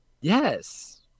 yes